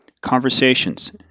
conversations